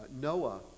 Noah